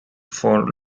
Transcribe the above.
for